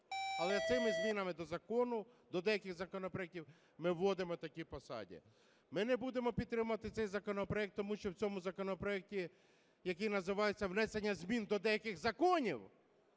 Але цими змінами до закону, до деяких законопроектів ми вводимо такі посади. Ми не будемо підтримувати цей законопроект, тому що в цьому законопроекті, який називається "внесення змін до деяких законів",